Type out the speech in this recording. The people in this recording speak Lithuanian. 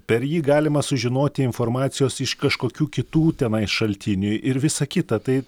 per jį galima sužinoti informacijos iš kažkokių kitų tenai šaltinių ir visa kita tai